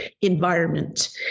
environment